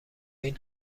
این